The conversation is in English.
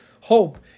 hope